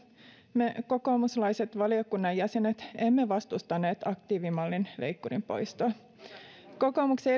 me kokoomuslaiset valiokunnan jäsenet emme vastustaneet aktiivimallin leikkurin poistoa kokoomuksen